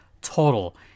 total